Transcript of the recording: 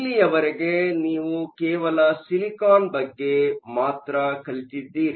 ಇಲ್ಲಿಯವರೆಗೆ ನೀವು ಕೇವಲ ಸಿಲಿಕಾನ್ ಬಗ್ಗೆ ಮಾತ್ರ ಕಲಿತಿದ್ದೇವೆ